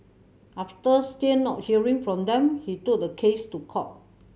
after still not hearing from them he took the case to court